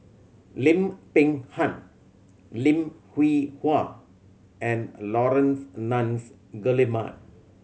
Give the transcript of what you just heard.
Lim Peng Han Lim Hwee Hua and Laurence Nunns Guillemard